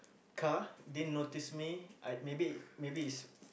car didn't notice me I maybe maybe it's